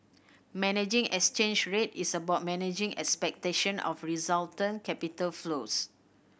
managing exchange rate is about managing expectation of resultant capital flows